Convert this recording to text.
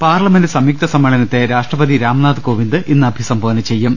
parliament സംയുക്ത സമ്മേളനത്തെ രാഷ്ട്രപതി രാംനാഥ് കോവിന്ദ് ഇന്ന് അഭിസംബോധന ചെയ്യും